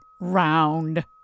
round